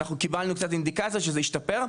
קיבלנו אינדיקציה שזה ישתפר,